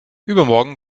übermorgen